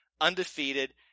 Undefeated